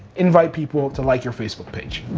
invite people to like your facebook page.